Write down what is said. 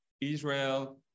Israel